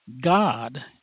God